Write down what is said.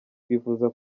twifuza